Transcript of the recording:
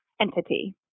entity